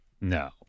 No